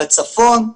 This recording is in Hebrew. בצפון,